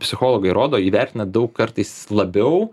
psichologai rodo įvertina daug kartais labiau